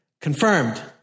Confirmed